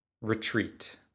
retreat